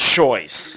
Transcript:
choice